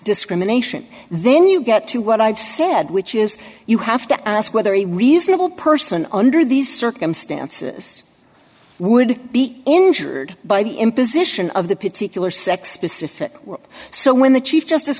discrimination then you get to what i've said which is you have to ask whether a reasonable person under these circumstances would be injured by the imposition of the particular sex specific so when the chief justice